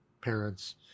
parents